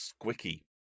squicky